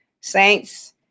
Saints